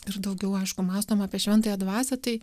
ir daugiau aišku mąstom apie šventąją dvasią tai